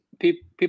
people